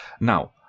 Now